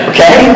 Okay